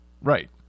Right